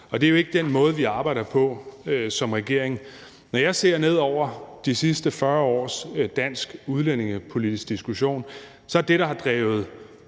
Og det er ikke den måde, vi arbejder på som regering. Når jeg ser ned over de sidste 40 års danske udlændingepolitiske diskussion, har det, der har drevet